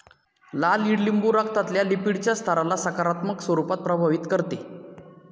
लाल ईडलिंबू रक्तातल्या लिपीडच्या स्तराला सकारात्मक स्वरूपात प्रभावित करते